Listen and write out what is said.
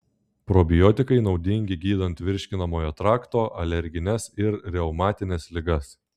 probiotikai naudingi gydant virškinamojo trakto alergines ir reumatines ligas